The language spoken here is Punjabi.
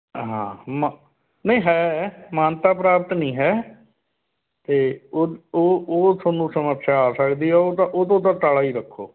ਹਾਂ ਮ ਨਹੀਂ ਹੈ ਮਾਨਤਾ ਪ੍ਰਾਪਤ ਨਹੀਂ ਹੈ ਅਤੇ ਉਹ ਉਹ ਉਹ ਤੁਹਾਨੂੰ ਸਮੱਸਿਆ ਆ ਸਕਦੀ ਹੈ ਉਹ ਤਾਂ ਉਹ ਤੋਂ ਤਾਂ ਟਾਲਾ ਹੀ ਰੱਖੋ